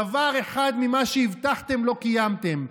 דבר אחד ממה שהבטחתם לא קיימתם.